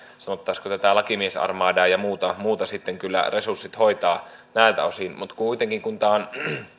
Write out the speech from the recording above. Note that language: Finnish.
sanottaisiinko tätä lakimiesarmadaa ja ja muita resursseja kyllä hoitaa asiat näiltä osin mutta kun tämä on